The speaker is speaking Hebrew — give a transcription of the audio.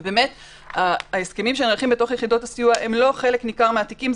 באמת ההסכמים שנערכים בתוך יחידות הסיוע הם לא חלק ניכר מהתיקים,